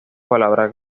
palabras